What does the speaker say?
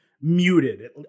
muted